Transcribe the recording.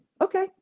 Okay